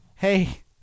Hey